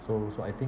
so so I think